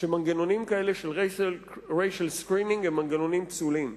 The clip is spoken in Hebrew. שמנגנונים כאלה של racial screening הם מנגנונים פסולים.